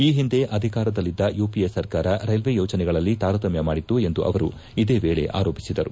ಈ ಹಿಂದೆ ಅಧಿಕಾರದಲ್ಲಿದ್ದ ಯುಪಿಎ ಸರ್ಕಾರ ರೈಲ್ವೆ ಯೋಜನೆಗಳಲ್ಲಿ ತಾರತಮ್ಯ ಮಾಡಿತ್ತು ಎಂದು ಅವರು ಇದೇ ವೇಳೆ ಆರೋಪಿಸಿದರು